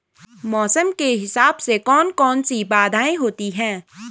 मौसम के हिसाब से कौन कौन सी बाधाएं होती हैं?